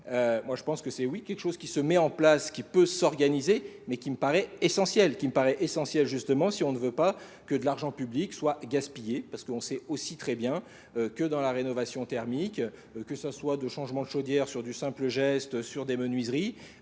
Moi je pense que c'est oui quelque chose qui se met en place, qui peut s'organiser, mais qui me paraît essentiel, qui me paraît essentiel justement si on ne veut pas que de l'argent public soit gaspillé, parce qu'on sait aussi très bien que dans la rénovation thermique, que ce soit de changement de chaudière sur du simple geste, sur des menuiseries,